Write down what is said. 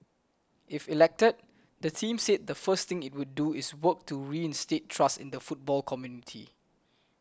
if elected the team said the first thing it would do is work to reinstate trust in the football community